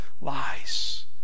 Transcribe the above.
lies